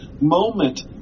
moment